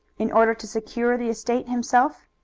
in order to secure the estate himself?